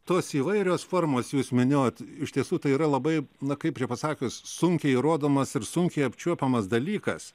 tos įvairios formos jūs minėjote iš tiesų tai yra labai na kaip čia pasakius sunkiai įrodomas ir sunkiai apčiuopiamas dalykas